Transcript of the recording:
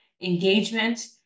engagement